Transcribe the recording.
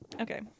okay